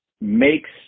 makes